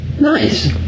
Nice